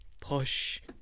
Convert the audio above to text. push